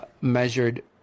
measured